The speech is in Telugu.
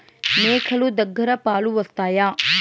మేక లు దగ్గర పాలు వస్తాయా?